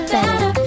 Better